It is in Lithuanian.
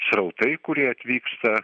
srautai kurie atvyksta